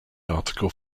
article